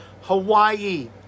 Hawaii